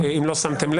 לא ייתן צו נגד